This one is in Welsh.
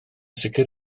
sicr